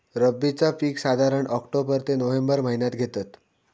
रब्बीचा पीक साधारण ऑक्टोबर ते नोव्हेंबर महिन्यात घेतत